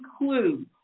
include